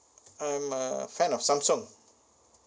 I'm a fan of samsung